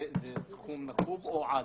עבד אל חכים חאג' יחיא (הרשימה המשותפת): זה סכום נקוב או עד.